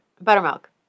Buttermilk